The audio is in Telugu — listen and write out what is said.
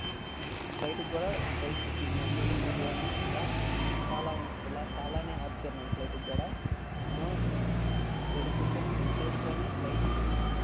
ఫ్లైటుకి కూడా స్పైస్ బుకింగ్ అని ఇండిగో అని ఇలా చాలా ఇలా చాలానే యాప్సు ఉన్నాయి ఫ్లైటుకి కూడా మనం ఇక్కడ కుర్చోని బుక్ చేసుకోని ఫ్లైట్కి